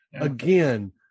Again